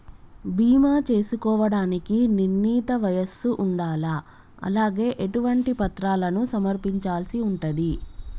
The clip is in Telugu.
బీమా చేసుకోవడానికి నిర్ణీత వయస్సు ఉండాలా? అలాగే ఎటువంటి పత్రాలను సమర్పించాల్సి ఉంటది?